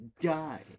Die